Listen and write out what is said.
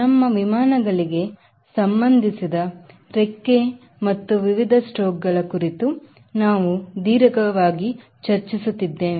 ನಮ್ಮ ವಿಮಾನಗಳಿಗೆ ಸಂಬಂಧಿಸಿದ ರೆಕ್ಕೆ ಮತ್ತು ವಿವಿಧ ಸ್ಟ್ರೈಕ್ ಗಳ ಕುರಿತು ನಾವು ದೀರ್ಘವಾಗಿ ಚರ್ಚಿಸುತ್ತಿದ್ದೇವೆ